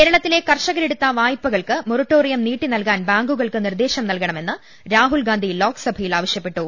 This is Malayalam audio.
കേരളത്തിലെ കർഷകരെടുത്ത വായ്പകൾക്ക് മൊറട്ടോറിയം നീട്ടി നൽകാൻ ബാങ്കുകൾക്ക് നിർദേശം നൽകണമെന്ന് രാഹുൽഗാന്ധി ലോക്സ ഭയിൽ ആവശ്യപ്പെട്ടു